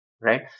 right